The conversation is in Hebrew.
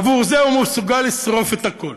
עבור זה הוא מסוגל לשרוף את הכול.